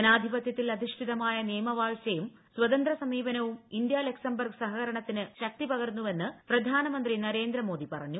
ജനാധിപത്യത്തിൽ അധിഷ്ഠിതമായ നിയമ വാഴ്ചയും സ്വതന്ത്ര സമീപനവും ഇന്ത്യ ലക്സംബർഗ് സഹകരണത്തിന് ശക്തി പകർന്നുവെന്ന് പ്രധാനമന്ത്രി നരേന്ദ്ര മോദി പറഞ്ഞു